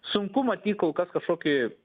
sunku matyt kol kas kažkokį